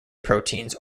proteins